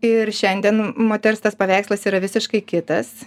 ir šiandien moters tas paveikslas yra visiškai kitas